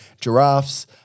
giraffes